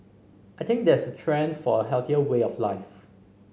I think there's a trend for a healthier way of life